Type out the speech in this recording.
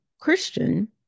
Christian